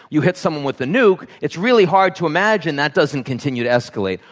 you hit someone with a nuke, it's really hard to imagine that doesn't continue to escalate.